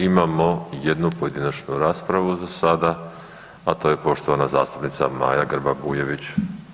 Imamo jednu pojedinačnu raspravu za sada, a to je poštovana zastupnica Maja Grba-Bujević.